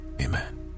amen